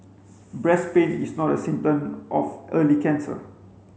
breast pain is not a symptom of early cancer